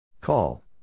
Call